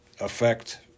affect